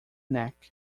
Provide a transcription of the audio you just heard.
neck